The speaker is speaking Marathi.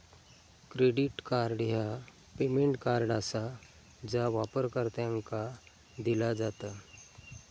क्रेडिट कार्ड ह्या पेमेंट कार्ड आसा जा वापरकर्त्यांका दिला जात